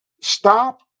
stop